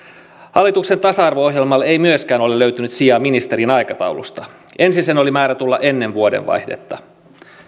hallituksen tasa arvo ohjelmalle ei myöskään ole ole löytynyt sijaa ministerin aikataulusta ensin sen oli määrä tulla ennen vuodenvaihdetta